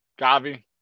Gavi